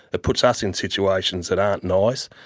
it puts us in situations that aren't nice.